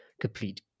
complete